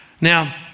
Now